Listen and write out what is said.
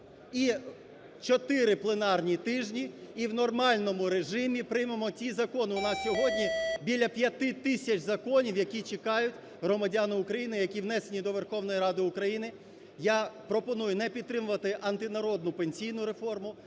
чотири пленарні тижні, і в нормальному режимі приймемо ті закони, у нас сьогодні біля 5 тисяч законів, які чекають громадяни України, які внесені до Верховної Ради України. Я пропоную не підтримувати антинародну пенсійну реформу,